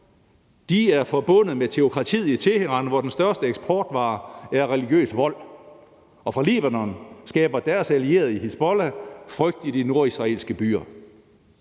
De er forbundet med teokratiet i Teheran, hvor den største eksportvare er religiøs vold, og fra Libanon skaber deres allierede i Hizbollah frygt i de nordisraelske byer.